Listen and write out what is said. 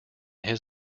his